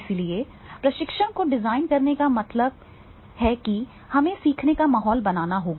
इसलिए प्रशिक्षण को डिजाइन करने का मतलब है कि हमें सीखने का माहौल बनाना होगा